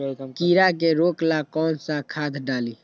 कीड़ा के रोक ला कौन सा खाद्य डाली?